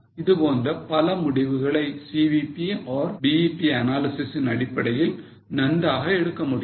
இதுபோன்ற பல முடிவுகளை CVP or BEP analysis இன் அடிப்படையில் நன்றாக எடுக்க முடியும்